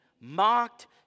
mocked